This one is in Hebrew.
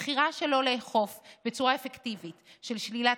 הבחירה שלא לאכוף בצורה אפקטיבית של שלילת